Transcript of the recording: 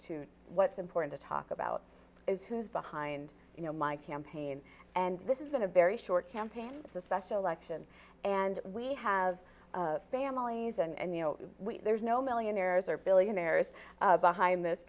to what's important to talk about is who's behind you know my campaign and this isn't a very short campaign it's a special election and we have families and you know there's no millionaires or billionaires behind this